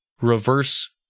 reverse